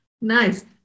Nice